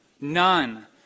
None